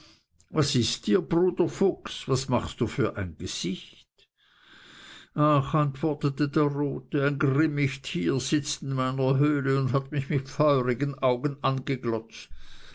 was ist dir bruder fuchs was machst du für ein gesicht ach antwortete der rote ein grimmig tier sitzt in meiner höhle und hat mich mit feurigen augen angeglotzt